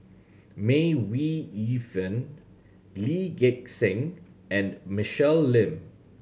May Ooi Yu Fen Lee Gek Seng and Michelle Lim